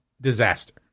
disaster